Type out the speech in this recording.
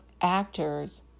actors